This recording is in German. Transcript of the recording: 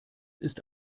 ist